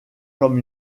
comme